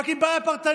רק עם בעיה פרטנית.